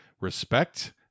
Respect